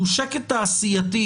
הוא שקט תעשייתי,